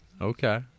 okay